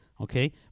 okay